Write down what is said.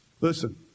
Listen